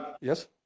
yes